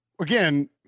Again